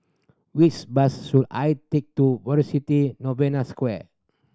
which bus should I take to Velocity Novena Square